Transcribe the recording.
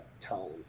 tone